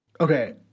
Okay